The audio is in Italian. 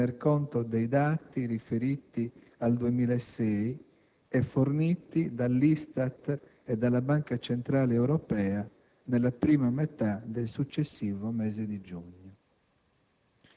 tenere conto dei dati riferiti al 2006 e forniti dall'ISTAT e dalla Banca centrale europea nella prima metà del successivo mese di giugno.